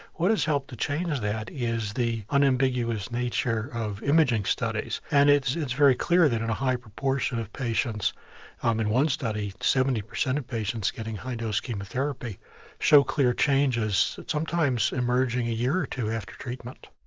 what has helped to change that is the unambiguous nature of imaging studies and it's it's very clear that in a high proportion of patients um in one study, seventy percent of patients getting high dose chemotherapy show clear changes, sometimes emerging a year or two after treatment.